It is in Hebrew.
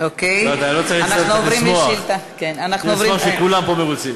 אתה צריך לשמוח, אתה צריך לשמוח שכולם פה מרוצים.